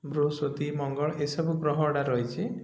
ବୃହସ୍ପତି ମଙ୍ଗଳ ଏସବୁ ଗ୍ରହ ଗୁଡ଼ା ରହିଛି